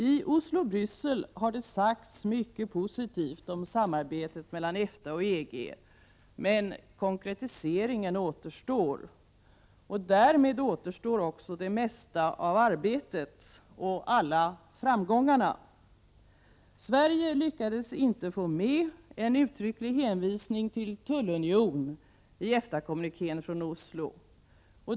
I Oslo och Bryssel har det sagts mycket positivt om samarbetet mellan EFTA och EG, men konkretiseringen återstår. Därmed återstår också det mesta av arbetet och alla framgångarna. Sverige lyckades inte få med en uttrycklig hänvisning till tullunionen i EFTA-kommunikén från Oslo.